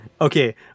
Okay